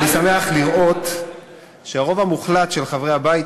שאני שמח לראות שהרוב המוחלט של חברי הבית